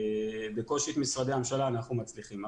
בקושי את משרדי הממשלה אנחנו מצליחים.